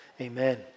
amen